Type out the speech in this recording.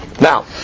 Now